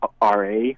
RA